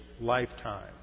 lifetime